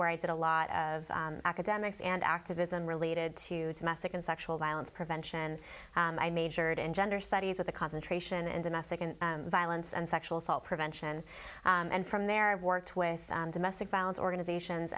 where i did a lot of academics and activism related to domestic and sexual violence prevention and i majored in gender studies at the concentration and domestic violence and sexual assault prevention and from there i've worked with domestic violence organizations